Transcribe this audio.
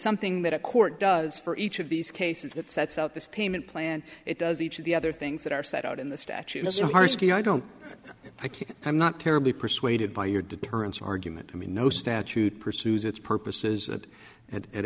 something that a court does for each of these cases that sets out this payment plan it does each of the other things that are set out in the statute mr harshly i don't think i'm not terribly persuaded by your deterrence argument i mean no statute pursues its purposes that